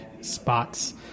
spots